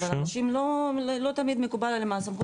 אבל אנשים לא תמיד מקובל עליהם הסמכות,